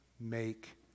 make